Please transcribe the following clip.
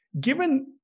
given